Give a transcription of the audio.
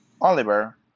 Oliver